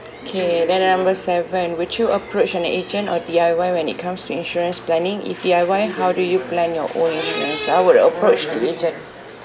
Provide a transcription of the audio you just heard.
K then number seven would you approach an agent or D_I_Y when it comes to insurance planning if D_I_Y how do you plan your own insurance I would approach the agent